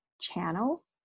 channel